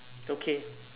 okay